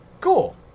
Cool